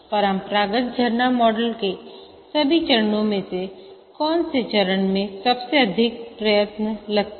परंपरागत झरना मॉडल के सभी चरणों में से कौन से चरण में सबसे अधिक प्रयत्न लगते हैं